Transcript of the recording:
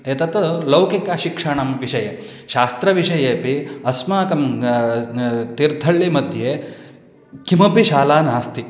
एतत् लौकिकशिक्षणं विषये शास्त्रविषयेपि अस्माकं तीर्थहल्लि मध्ये किमपि शाला नास्ति